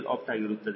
opt ಆಗಿರುತ್ತದೆ